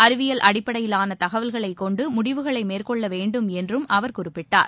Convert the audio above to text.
அறிவியல் அடிப்படையிலானதகவல்களைக் கொண்டுமுடிவுகளைமேற்கொள்ளவேண்டும் என்றும் அவர் குறிப்பிட்டார்